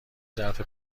ظرف